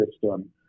system